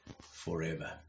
forever